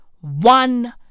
One